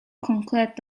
concrète